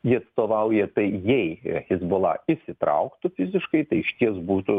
ji atstovauja tai jei hezbollah įsitrauktų fiziškai tai išties būtų